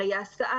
הרי ההסעה,